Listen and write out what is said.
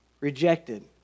rejected